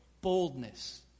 boldness